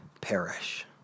perish